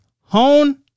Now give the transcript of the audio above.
Hone